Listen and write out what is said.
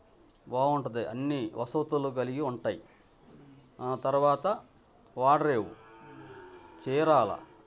బాగుంటుంది అన్నీ వసతులు కలిగి ఉంటాయి తర్వాత ఓడరేవు చీరాలా